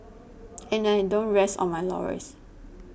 and I don't rest on my laurels